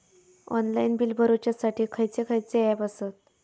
Online bill भरुच्यासाठी खयचे खयचे ऍप आसत?